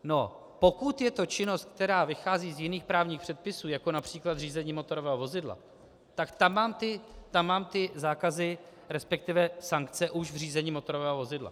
No, pokud je to činnost, která vychází z jiných právních předpisů, jako například řízení motorového vozidla, tak tam mám ty zákazy, respektive sankce už v řízení motorového vozidla.